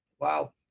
Wow